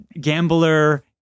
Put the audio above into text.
gambler